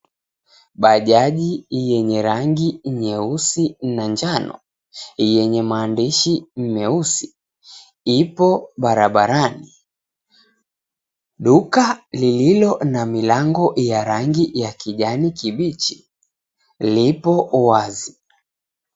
Bajaji yenye rangi nyeusi na njano yenye maandishi meusi ipo barabarani, duka iliyo na mlango wa kijani kibichi lipo wazi.